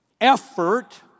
effort